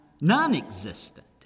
non-existent